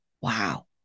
Wow